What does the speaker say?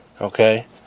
Okay